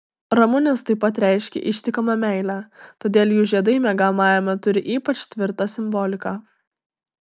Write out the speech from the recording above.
ramunės taip pat reiškia ištikimą meilę todėl jų žiedai miegamajame turi ypač tvirtą simboliką